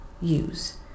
use